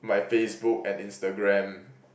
my Facebook and Instagram